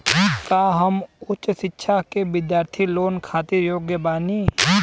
का हम उच्च शिक्षा के बिद्यार्थी लोन खातिर योग्य बानी?